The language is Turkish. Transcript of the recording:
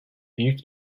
büyük